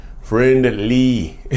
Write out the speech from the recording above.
Friendly